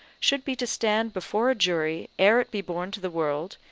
should be to stand before a jury ere it be born to the world,